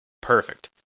Perfect